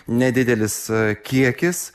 nedidelis kiekis